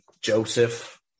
Joseph